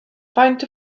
faint